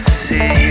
see